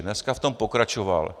Dneska v tom pokračoval.